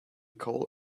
coal